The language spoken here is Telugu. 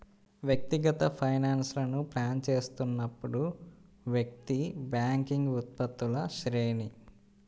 వ్యక్తిగత ఫైనాన్స్లను ప్లాన్ చేస్తున్నప్పుడు, వ్యక్తి బ్యాంకింగ్ ఉత్పత్తుల శ్రేణి